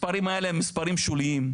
המספרים האלה הם מספרים שוליים.